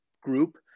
group